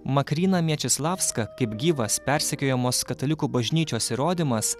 makryna mečislavska kaip gyvas persekiojamos katalikų bažnyčios įrodymas